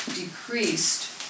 decreased